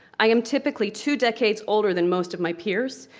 i am typically two decades older than most of my peers,